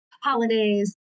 holidays